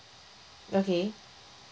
okay